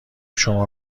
شما